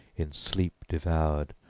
in sleep devoured,